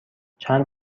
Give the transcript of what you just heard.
چند